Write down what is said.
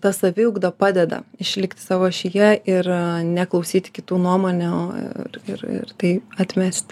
ta saviugda padeda išlikti savo ašyje ir neklausyti kitų nuomonių ir ir tai atmesti